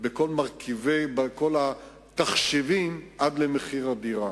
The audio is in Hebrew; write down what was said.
בכל התחשיבים עד למחיר הדירה,